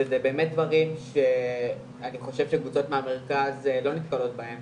שזה באמת דברים אני חושב שקבוצות מהמרכז לא נתקלות בהם